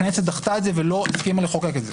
הכנסת דחתה את זה ולא הסכימה לחוקק את זה.